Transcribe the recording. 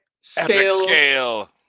scale